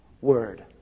word